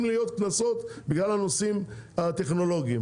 להיות קנסות בגלל הנושאים הטכנולוגיים.